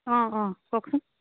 অঁ অঁ কওকচোন